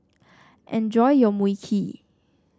enjoy your Mui Kee